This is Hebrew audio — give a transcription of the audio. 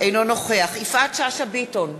אינו נוכח יפעת שאשא ביטון,